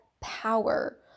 power